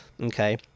Okay